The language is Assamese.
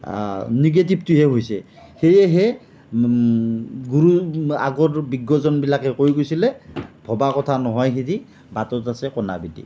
নিগেটিভটোহে হৈছে সেয়েহে গুৰু আগৰ বিজ্ঞজন সকলে কৈ গৈছে ভবা কথা নহয় সিদ্ধি বাটত আছে কণা বিধি